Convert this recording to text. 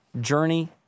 journey